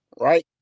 right